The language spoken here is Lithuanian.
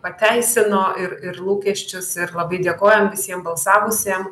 pateisino ir ir lūkesčius ir labai dėkojam visiem balsavusiem